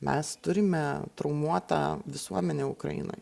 mes turime traumuotą visuomenę ukrainoj